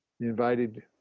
invited